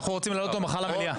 אנחנו רוצים לעלות אותו מחר למליאה.